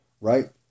Right